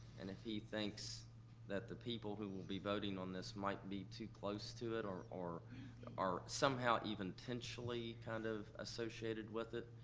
and if he thinks that the people who will be voting on this might be too close to it, or or are somehow even potentially kind of associated with it,